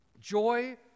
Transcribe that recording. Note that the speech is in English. Joy